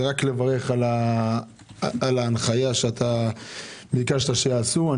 זה רק לברך על ההנחיה שביקשת שיעשו.